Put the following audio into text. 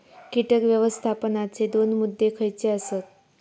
कीटक व्यवस्थापनाचे दोन मुद्दे खयचे आसत?